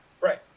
Right